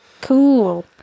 Cool